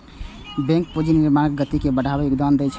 bank पूंजी निर्माणक गति के बढ़बै मे योगदान दै छै